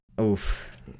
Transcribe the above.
Oof